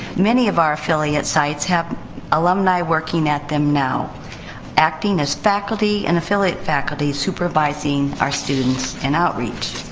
many of our affiliate sites have alumni working at them now acting as faculty and affiliate faculty supervising our students in outreach.